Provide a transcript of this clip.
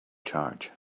charge